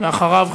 ואחריו,